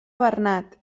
bernat